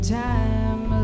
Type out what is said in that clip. time